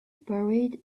buried